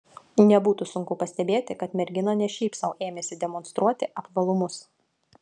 nebūtų sunku pastebėti kad mergina ne šiaip sau ėmėsi demonstruoti apvalumus